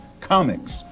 comics